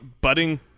budding